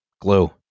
glue